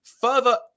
Further